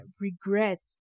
regrets